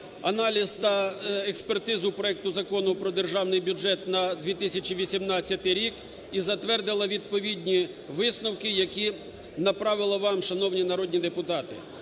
аналіз та експертизу проекту Закону про Державний бюджет на 2018 рік і затвердила відповідні висновки, які направила вам, шановні народні депутати.